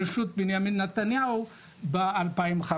בראשות בנימין נתניהו ב- 2015,